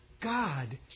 God